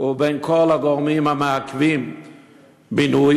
ובין כל הגורמים המעכבים בינוי?